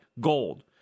gold